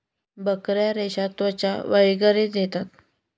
बकऱ्या रेशा, त्वचा वगैरेही देतात